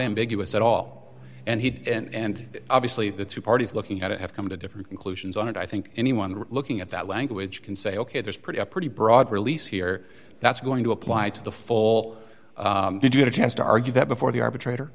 ambiguous at all and he and obviously the two parties looking at it have come to different conclusions on it i think anyone looking at that language can say ok there's pretty a pretty broad release here that's going to apply to the full did you get a chance to argue that before the